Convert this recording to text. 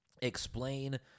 explain